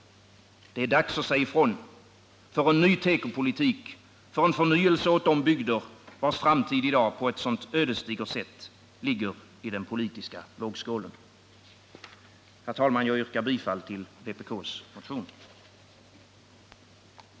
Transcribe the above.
Det är dags att säga ifrån för en ny tekopolitik, för en förnyelse åt de bygder vilkas framtid i dag på ett så ödesdigert sätt ligger i den politiska vågskålen. Herr talman! Jag yrkar bifall till vpk:s motioner 1526, 1642 och 2258.